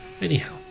Anyhow